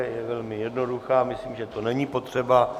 Je velmi jednoduchá, myslím, že to není potřeba.